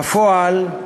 בפועל,